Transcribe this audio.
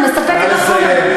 אני מספקת לך חומר,